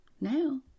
now